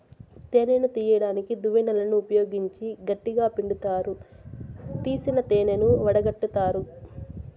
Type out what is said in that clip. తేనెను తీయడానికి దువ్వెనలను ఉపయోగించి గట్టిగ పిండుతారు, తీసిన తేనెను వడగట్టుతారు